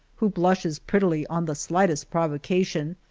who blushes prettily on the slightest provocation,